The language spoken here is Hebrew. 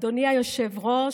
אדוני היושב-ראש,